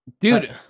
Dude